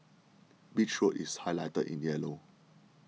Beach Road is highlighted in yellow